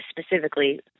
specifically